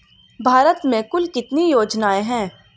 भारत में कुल कितनी योजनाएं हैं?